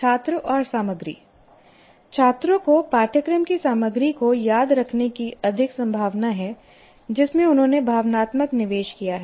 छात्र और सामग्री छात्रों को पाठ्यक्रम की सामग्री को याद रखने की अधिक संभावना है जिसमें उन्होंने भावनात्मक निवेश किया है